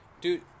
Dude